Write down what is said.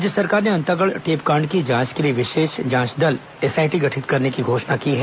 राज्य सरकार ने अंतागढ़ टेपकांड की जांच के लिए विशेष जांच दल एसआईटी गठित करने घोषणा की है